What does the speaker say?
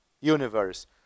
universe